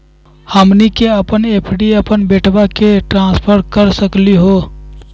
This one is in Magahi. हमनी के अपन एफ.डी अपन बेटवा क ट्रांसफर कर सकली हो?